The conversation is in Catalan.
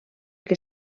que